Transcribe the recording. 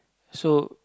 so